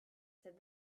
said